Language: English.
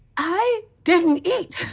i didn't eat.